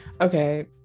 Okay